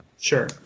sure